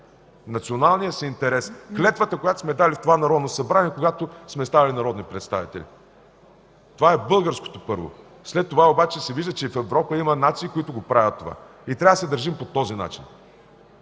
националния си интерес. Клетвата, която сме дали в това Народно събрание, когато сме станали народни представители. Това е българското, първо. След това обаче се вижда, че и в Европа има нации, които го правят това. И трябва да се държим по този начин.